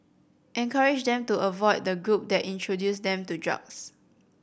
encourage them to avoid the group that introduced them to drugs